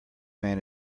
man